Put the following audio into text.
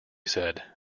said